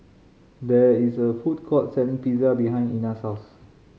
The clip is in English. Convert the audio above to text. there is a food court selling Pizza behind Ina's house